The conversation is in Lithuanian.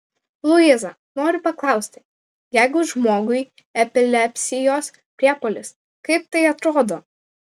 luiza noriu paklausti jeigu žmogui epilepsijos priepuolis kaip tai atrodo